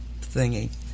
thingy